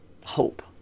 hope